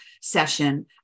session